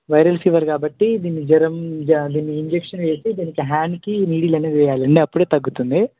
viral fever కాబట్టి దీని జ్వరం దీని ఇంజక్షన్ వేసి దీనికి హ్యాండ్కి నీడిల్ అనేది వేయాలి అండి అప్పుడే తగ్గుతుంది